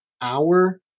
hour